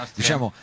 diciamo